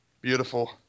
Beautiful